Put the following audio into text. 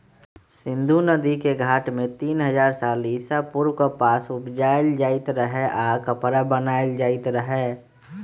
सिंधु नदिके घाट में तीन हजार साल ईसा पूर्व कपास उपजायल जाइत रहै आऽ कपरा बनाएल जाइत रहै